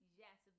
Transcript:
yes